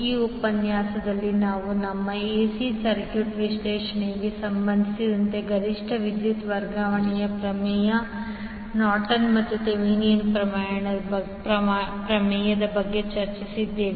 ಈ ಉಪನ್ಯಾಸ ನಾವು ನಮ್ಮ ಎಸಿ ಸರ್ಕ್ಯೂಟ್ ವಿಶ್ಲೇಷಣೆಗೆ ಸಂಬಂಧಿಸಿದಂತೆ ಗರಿಷ್ಠ ವಿದ್ಯುತ್ ವರ್ಗಾವಣೆ ಪ್ರಮೇಯ ನಾರ್ಟನ್ ಮತ್ತು ಥೆವೆನಿನ್ ಪ್ರಮೇಯದ ಬಗ್ಗೆ ಚರ್ಚಿಸಿದ್ದೇವೆ